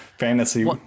fantasy